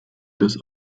des